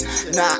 Nah